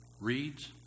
reads